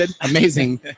amazing